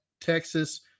Texas